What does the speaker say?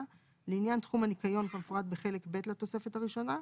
(2) לעניין תחום הניקיון כמפורט בחלק ב' לתוספת הראשונה,